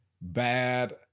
bad